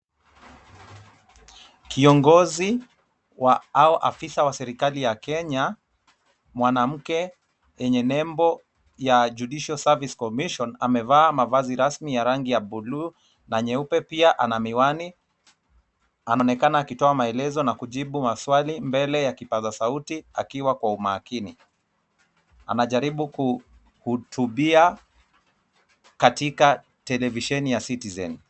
Kiongozi wa au afisa wa serikali ya Kenya mwanamke yenye nembo ya Judicial Service Commission amevaa mavazi rasmi ya rangi ya buluu na nyeupe. Pia ana miwani. Anaonekana akitoa maelezo na kujibu maswali mbele ya kipaza sauti akiwa kwa umakini. Anajaribu kuhutubia katika televisheni ya Citizen.